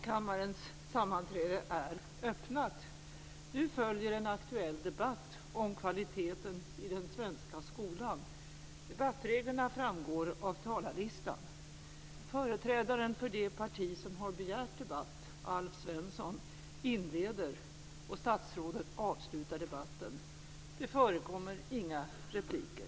Kammarens sammanträde är öppnat. Nu följer en aktuell debatt om kvaliteten i den svenska skolan. Debattreglerna framgår av talarlistan. Företrädaren för det parti som har begärt debatt, Alf Svensson, inleder. Statsrådet avslutar debatten. Det förekommer inga repliker.